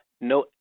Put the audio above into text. no